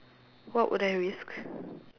what would I risk